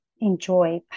enjoy